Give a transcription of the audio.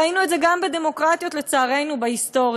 ראינו את זה גם בדמוקרטיות, לצערנו, בהיסטוריה.